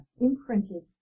imprinted